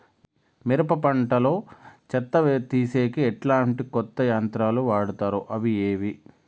మిరప పంట లో చెత్త తీసేకి ఎట్లాంటి కొత్త యంత్రాలు వాడుతారు అవి ఏవి?